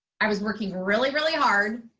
i was working really, really hard,